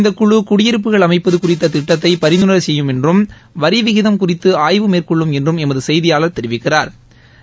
இந்த குழு குடியிருப்புகள் அமைப்பது குறித்த திட்டத்தை பரிந்துரை செய்யும் என்றும் வரி விகிதம் குறித்து ஆய்வு மேற்கொள்ளும் என்றும் எமது செய்தியாளா் தெரிவிக்கிறாா்